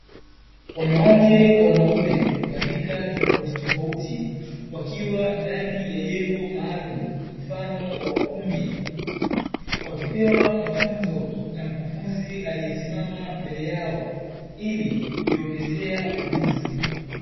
Wanawake kwa wanaume wa rika tofautitofauti wakiwa ndani ya jengo maalumu, mfano wa ukumbi. Wakipewa mafunzo na mkufunzi aliyesimama mbele yao ili kujiongezea ujuzi.